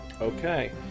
Okay